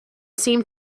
seemed